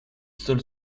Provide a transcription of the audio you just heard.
seul